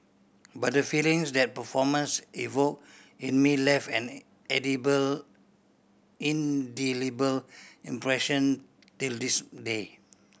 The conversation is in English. but the feelings that performance evoke in me left an indelible impression till this day